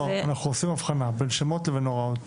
אנחנו עושים הבחנה בין שמות לבין הוראות.